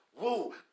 Woo